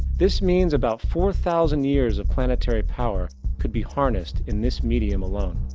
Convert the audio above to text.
this means about four thousand years of planetary power could be harnessed in this medium alone.